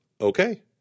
okay